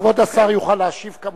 כבוד השר יוכל להשיב כמובן.